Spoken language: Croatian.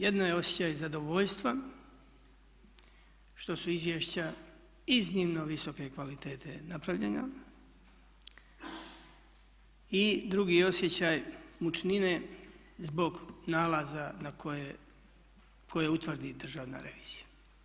Jedno je osjećaj zadovoljstva što su izvješća iznimno visoke kvalitete napravljena i drugi osjećaj mučnine zbog nalaza na koje, koje utvrdi Državna revizija.